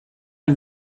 ein